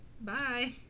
Bye